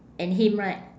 and him right